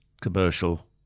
commercial